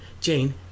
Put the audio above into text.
Jane